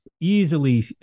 easily